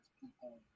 people